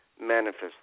Manifest